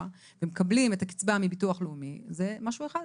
ומקבלים את הקצבה מביטוח לאומי זה משהו אחד,